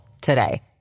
today